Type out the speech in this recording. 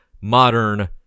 modern